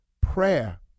prayer